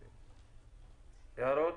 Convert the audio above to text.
הערות?